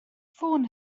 ffôn